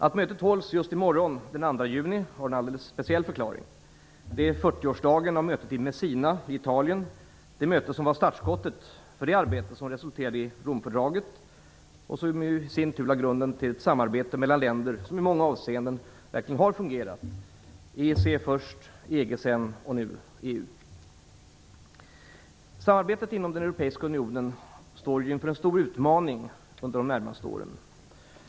Att mötet hålls just i morgon, den 2 juni, har en alldeles speciell förklaring. Det är 40-årsdagen av mötet i Messina i Italien, det möte som var startskottet för det arbete som resulterade i Romfördraget, som i sin tur lade grunden till ett samarbete mellan länder som i många avseenden verkligen har fungerat - först EEC, sedan EG och nu EU. Samarbetet inom den europeiska unionen står inför en stor utmaning under de närmaste åren.